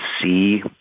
see